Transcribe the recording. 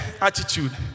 attitude